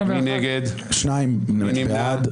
2 נמנעים.